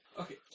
Okay